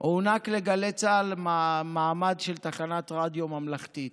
הוענק לגלי צה"ל מעמד של תחנת רדיו ממלכתית.